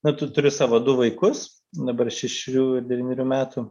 na tu turi savo du vaikus dabar šešerių devynerių metų